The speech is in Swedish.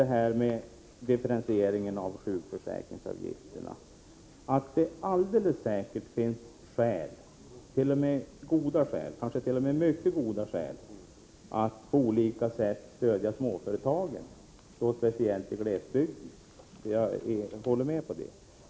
Beträffande differentieringen av sjukförsäkringsavgifterna vill jag bara säga att det alldeles säkert finns skäl — kanske t.o.m. mycket goda skäl — att på olika sätt stödja småföretagen, speciellt i glesbygden. Jag håller med om det.